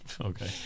Okay